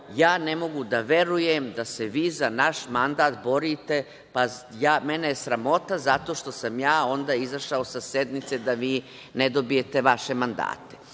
ja ne mogu da verujem da se vi za naš mandat borite, pa mene je sramota zato što sam ja onda izašao sa sednice da vi ne dobijete vaše mandate. Dakle,